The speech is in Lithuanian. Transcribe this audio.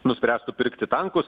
nuspręstų pirkti tankus